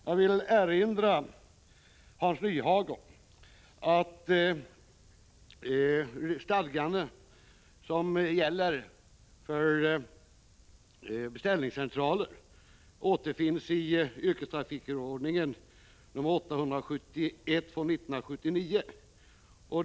Jag vill erinra Hans Nyhage om att stadganden för beställningscentraler återfinns i yrkestrafikförordningen .